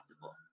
possible